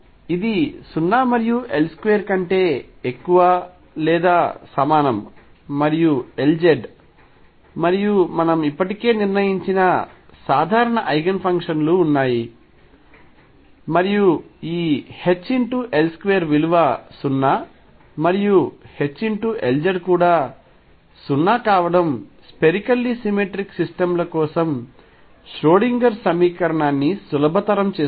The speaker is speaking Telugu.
ఇది 0 మరియు L2 కంటే ఎక్కువ లేదా సమానం మరియు Lz మరియు మనము ఇప్పటికే నిర్ణయించిన సాధారణ ఐగెన్ ఫంక్షన్ లు ఉన్నాయి మరియు ఈ H L2 విలువ 0 మరియు H Lz కూడా 0 కావడం స్పెరికల్లీ సిమెట్రిక్ సిస్టమ్ ల కోసం ష్రోడింగర్ సమీకరణాన్ని సులభతరం చేస్తుంది